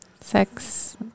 Sex